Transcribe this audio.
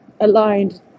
aligned